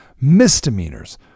misdemeanors